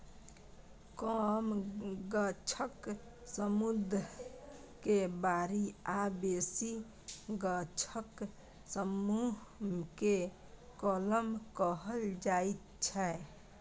कम गाछक समुह केँ बारी आ बेसी गाछक समुह केँ कलम कहल जाइ छै